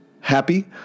happy